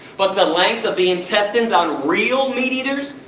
but the length of the intestines on real meat eaters,